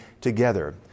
together